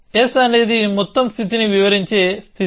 s అనేది మొత్తం స్థితిని వివరించే స్థితి